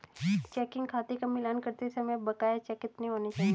Checking खाते का मिलान करते समय बकाया चेक कितने होने चाहिए?